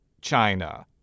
China